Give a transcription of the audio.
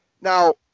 now